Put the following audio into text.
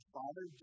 father